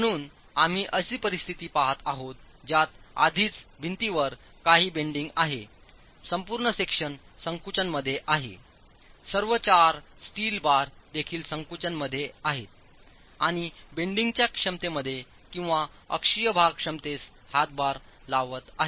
म्हणून आम्ही अशी परिस्थिती पहात आहोत ज्यात आधीच भिंतींवर काही बेंडिंग आहे संपूर्ण सेक्शन संकुचन मध्ये आहे सर्व चार स्टील बार देखील संकुचन मध्ये आहेत आणि बेंडिंगच्या क्षमतेमध्ये किंवा अक्षीय भार क्षमतेस हातभार लावत आहेत